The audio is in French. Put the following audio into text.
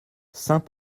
saint